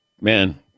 man